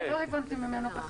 לא הבנתי את זה בבוקר.